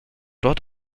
dort